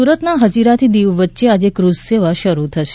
સુરતના હજીરાથી દીવ વચ્ચે આજે ક્રઝ સેવા શરૂ થશે